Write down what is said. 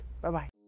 Bye-bye